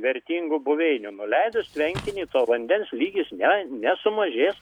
vertingų buveinių nuleidus tvenkinį to vandens lygis ne nesumažės